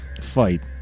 fight